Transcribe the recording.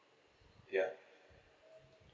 ya